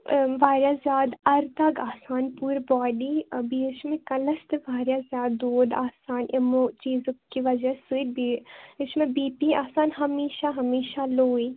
واریاہ زِیادٕ دَگ آسان پورٕ باڈی بیٚیہِ حظ چھِ مےٚ کَلَس تہِ وارِیاہ زِیادٕ دوٚد آسان یِمو چیٖزو کہِ وَجہ سۭتۍ بیٚیہِ حظ چھُ مےٚ بی پی آسان ہمیشہ ہمیشہ لووٕے